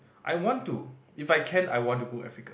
I want to if I can I want to go Africa